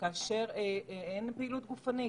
כאשר אין פעילות גופנית.